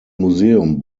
museum